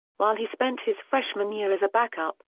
while he spent his freshman year as a backup,